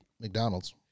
McDonald's